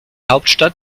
hauptstadt